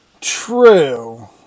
True